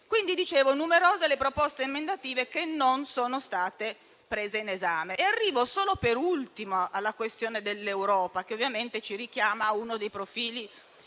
quindi numerose le proposte emendative che non sono state prese in esame, come dicevo. Arrivo solo per ultima alla questione dell'Europa, che ovviamente ci richiama a uno dei profili